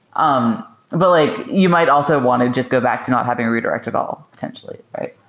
um but like you might also want to just go back to not having a redirect at all potentially, right?